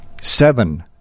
seven